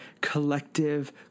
collective